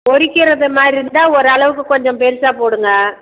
பொரிக்கிறது மாதிரி இருந்தா ஒரு அளவுக்கு கொஞ்சம் பெருசாக போடுங்கள்